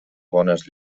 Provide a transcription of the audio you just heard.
bones